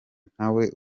ntawe